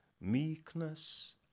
Meekness